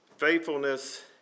Faithfulness